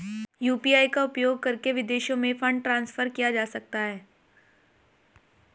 UPI का उपयोग करके विदेशों में फंड ट्रांसफर किया जा सकता है?